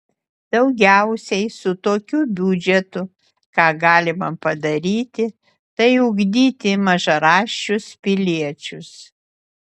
daugiausiai su tokiu biudžetu ką galima padaryti tai ugdyti mažaraščius piliečius